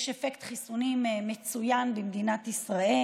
יש אפקט חיסונים מצוין במדינת ישראל.